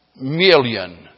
million